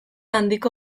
handiko